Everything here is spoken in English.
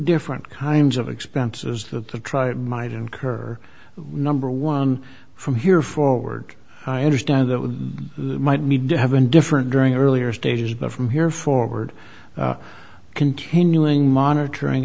different kinds of expenses that the tribe might incur number one from here forward i understand that we might need to have been different during earlier stages but from here forward continuing monitoring